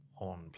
on